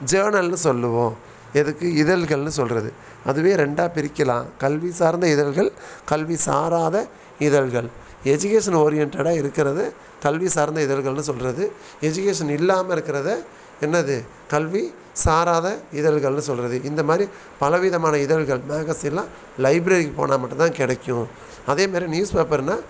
ஜர்னல்னு சொல்லுவோம் எதுக்கு இதழ்கள்னு சொல்கிறது அதுவே ரெண்டாக பிரிக்கலாம் கல்வி சார்ந்த இதழ்கள் கல்வி சாராத இதழ்கள் எஜுகேஷன் ஓரியண்ட்டடாக இருக்கிறது கல்வி சார்ந்த இதழ்கள்னு சொல்கிறது எஜுகேஷன் இல்லாமல் இருக்கிறத என்னது கல்வி சாராத இதழ்கள்னு சொல்கிறது இந்தமாதிரி பலவிதமான இதழ்கள் மேகஸின்லாம் லைப்ரரிக்குப் போனால் மட்டும்தான் கிடைக்கும் அதேமாதிரி நியூஸ் பேப்பர்னால்